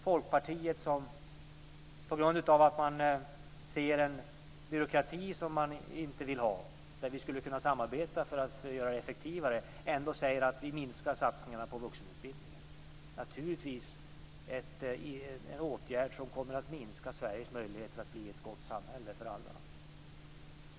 Folkpartiet, som på grund av att man ser en byråkrati som man inte vill ha, vill minska satsningarna på vuxenutbildningen, trots att vi skulle kunna samarbeta för att göra det effektivare. Det är naturligtvis en åtgärd som kommer att minska Sveriges möjligheter att bli ett gott samhälle för alla.